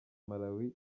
malawi